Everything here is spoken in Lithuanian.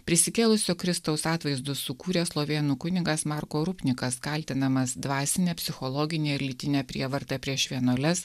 prisikėlusio kristaus atvaizdus sukūręs slovėnų kunigas marko rupnikas kaltinamas dvasine psichologine ir lytine prievarta prieš vienuoles